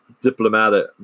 diplomatic